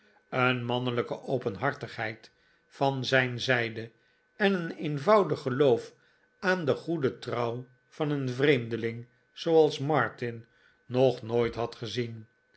een mannelijke openhartighejd van zijn zijde en een eenvoudig geloof aan de goede trouw van een vreemdeling zooals martin nog nooit had gezien